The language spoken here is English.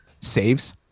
saves